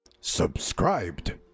Subscribed